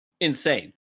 insane